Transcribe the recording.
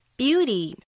Beauty